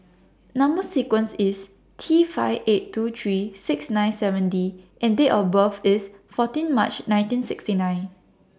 Number sequence IS T five eight two three six nine seven D and Date of birth IS fourteen March nineteen sixty nine